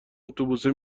اتوبوسه